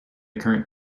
current